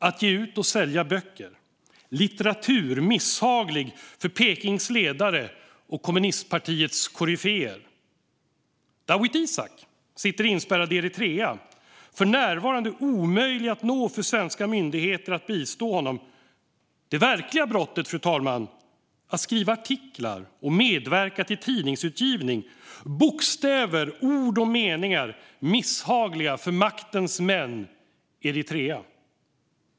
Att ge ut och sälja böcker, litteratur som är misshaglig för Pekings ledare och kommunistpartiets koryféer. Dawit Isaak sitter inspärrad i Eritrea. För närvarande är det omöjligt för svenska myndigheter att nå honom och bistå honom. Det verkliga brottet, fru talman, har varit att skriva artiklar och medverka till tidningsutgivning - bokstäver, ord och meningar misshagliga för maktens män i Eritrea.